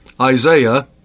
Isaiah